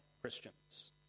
Christians